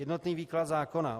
Jednotný výklad zákona.